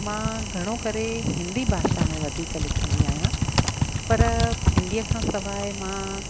मां घणो करे हिंदी भाषा में वधीक लिखंदी आहियां पर हिंदीअ खां सवाइ मां